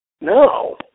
No